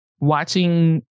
watching